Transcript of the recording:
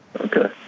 Okay